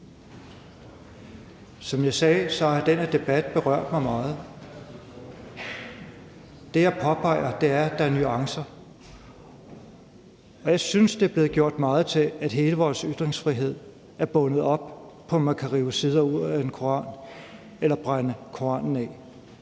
Som jeg sagde, har den her debat berørt mig meget. Det, jeg påpeger, er, at der er nuancer, og jeg synes, det er blevet gjort meget til, at hele vores ytringsfrihed er bundet op på, om man kan rive sider ud af en koran eller brænde Koranen af.